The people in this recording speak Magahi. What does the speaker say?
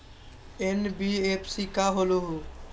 एन.बी.एफ.सी का होलहु?